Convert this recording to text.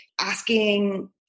asking